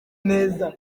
neza